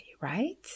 right